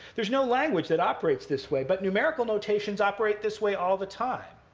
there's no language that operates this way. but numerical notations operate this way all the time.